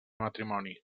matrimoni